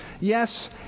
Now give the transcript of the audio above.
yes